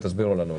תסבירו לנו.